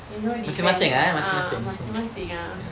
you know they can err uh masing-masing ah